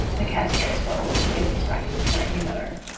the casios will put in these brackets to let you know.